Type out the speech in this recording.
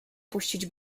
puścić